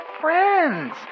friends